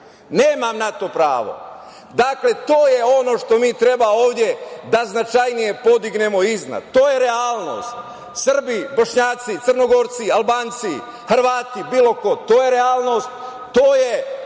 Nemam na to pravo. To je ono što mi treba ovde da značajnije podignemo iznad. To je realnost. Srbi, Bošnjaci, Crnogorci, Albanci, Hrvati, bilo ko, to je realnost. To je naše